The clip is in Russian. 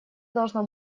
должно